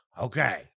Okay